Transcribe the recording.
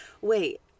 wait